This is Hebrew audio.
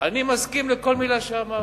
אני מסכים לכל מלה שאמרת.